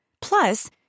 Plus